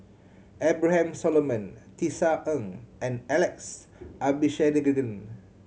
Abraham Solomon Tisa Ng and Alex Abisheganaden